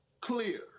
Clear